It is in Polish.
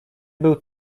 był